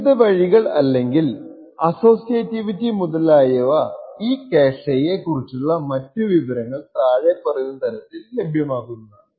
വിവിധ വഴികൾ അല്ലെങ്കിൽ അസ്സോസിയേറ്റിവിറ്റി മുതലായ ഈ ക്യാഷെയെ കുറിച്ചുള്ള മറ്റു വിവരങ്ങൾ താഴെ പറയുന്ന തരത്തിൽ ലഭ്യമാകുന്നതാണ്